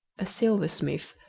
a silversmith,